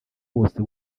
wose